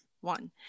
one